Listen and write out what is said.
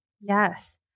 Yes